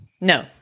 No